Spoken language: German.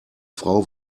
frau